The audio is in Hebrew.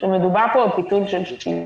שמדובר פה בפיצול של שליש,